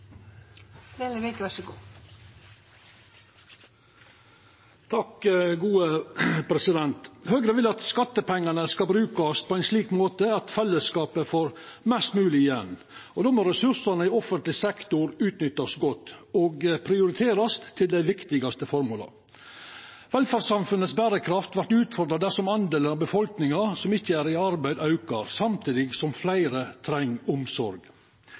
brukast på ein slik måte at fellesskapet får mest mogleg igjen, og då må ressursane i offentleg sektor utnyttast godt og prioriterast til dei viktigaste formåla. Velferdssamfunnets berekraft vert utfordra dersom andelen av befolkninga som ikkje er i arbeid, aukar, samtidig som fleire treng omsorg.